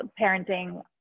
parenting